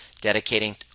dedicating